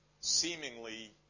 seemingly